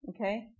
okay